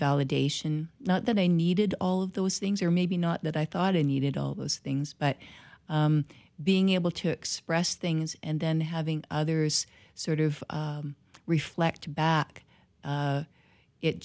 validation not that i needed all of those things or maybe not that i thought i needed all those things but being able to express things and then having others sort of reflect back